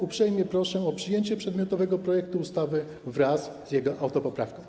Uprzejmie proszę o przyjęcie przedmiotowego projektu ustawy wraz z autopoprawką.